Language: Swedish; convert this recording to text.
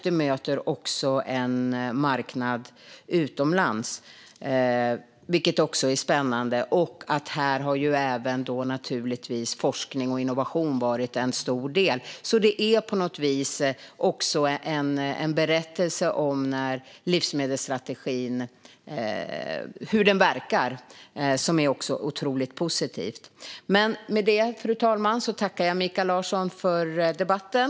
Det möter också en marknad utomlands, och naturligtvis har även forskning och innovation varit en stor del. Här har vi på något vis en otroligt positiv berättelse om hur livsmedelsstrategin verkar. Med detta tackar jag Mikael Larsson för debatten!